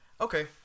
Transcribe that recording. Okay